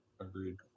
Agreed